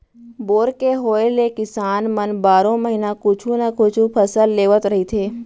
bore के होए ले किसान मन बारो महिना कुछु न कुछु फसल लेवत रहिथे